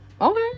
Okay